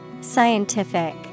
Scientific